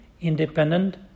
independent